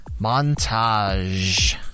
montage